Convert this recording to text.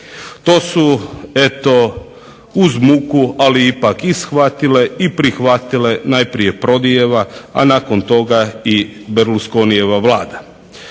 To su eto uz muku ali ipak i shvatile i prihvatile najprije Prodieva, a nakon toga i Berlussconieva Vlada.